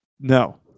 no